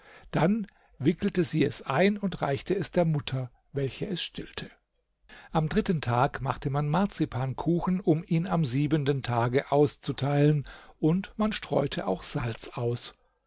dann wickelte sie es ein und reichte es der mutter welche es stillte am dritten tag machte man marzipankuchen um ihn am siebenten tage auszuteilen und man streute auch salz aus